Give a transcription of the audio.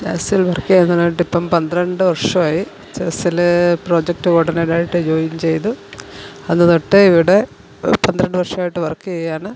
ചാസിൽ വർക്ക്യ്യാൻ തുടങ്ങിയിട്ടിപ്പോള് പന്ത്രണ്ട് വർഷമായി ചാസില് പ്രൊജക്റ്റ് കോഓർഡനാറായിട്ട് ജോയിൻ ചെയ്തു അന്ന് തൊട്ട് ഇവിടെ പന്ത്രണ്ട് വർഷമായിട്ട് വർക്ക്യ്യാണ്